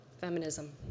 feminism